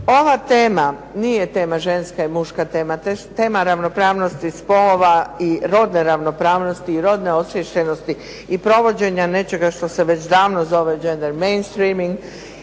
Ova tema nije tema ženska i muška, tema ravnopravnosti spolova i rodne ravnopravnosti, rodne osviještenosti i provođenja nečega što se već davno zove "Gender mainstreaming"